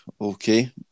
okay